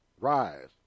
Rise